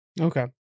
Okay